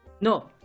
No